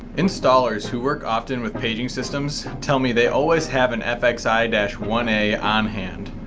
installers who work often with paging systems tell me they always have an fxi one a on hand.